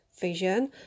vision